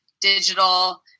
digital